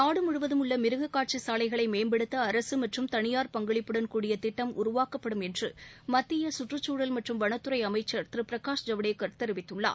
நாடு முழுவதும் உள்ள மிருகக் காட்சி சாலைகளை மேம்படுத்த அரசு மற்றும் தனியார் பங்களிப்புடன் கூடிய திட்டம் உருவாக்கப்படும் என்று மத்திய கற்றுச்சூழல் மற்றும் வனத்துறை அமைச்சர் திரு பிரகாஷ் ஜவடேகர் தெரிவித்துள்ளார்